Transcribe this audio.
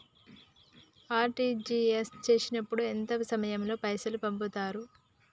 RTGS చేసినప్పుడు ఎంత సమయం లో పైసలు పంపుతరు?